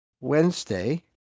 Wednesday